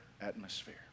atmosphere